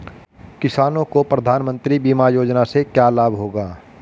किसानों को प्रधानमंत्री बीमा योजना से क्या लाभ होगा?